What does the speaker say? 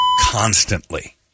constantly